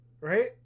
right